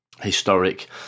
historic